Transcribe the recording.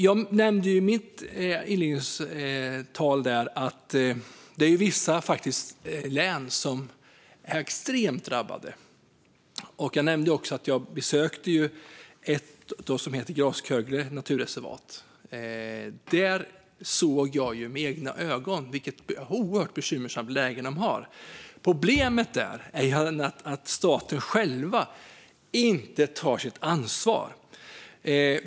Jag nämnde i mitt inledningstal att det är vissa län som är extremt hårt drabbade. Jag nämnde också att jag har besökt ett naturreservat som heter Kraskögle. Där såg jag med egna ögon vilket oerhört bekymmersamt läge de har. Problemet är att staten själv inte tar sitt ansvar.